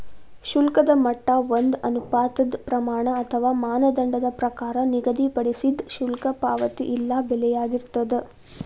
ಶುಲ್ಕದ ಮಟ್ಟ ಒಂದ ಅನುಪಾತದ್ ಪ್ರಮಾಣ ಅಥವಾ ಮಾನದಂಡದ ಪ್ರಕಾರ ನಿಗದಿಪಡಿಸಿದ್ ಶುಲ್ಕ ಪಾವತಿ ಇಲ್ಲಾ ಬೆಲೆಯಾಗಿರ್ತದ